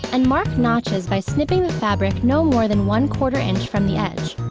and mark notches by snipping the fabric no more than one-quarter inch from the edge.